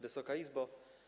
Wysoka Izbo!